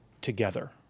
together